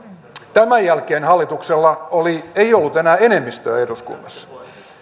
tämän jälkeen hallituksella ei ollut enää enemmistöä eduskunnassa